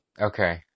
okay